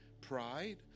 pride